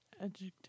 Adjective